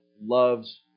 loves